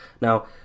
Now